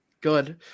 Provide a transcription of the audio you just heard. Good